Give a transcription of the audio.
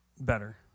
better